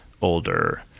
older